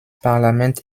parlament